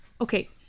Okay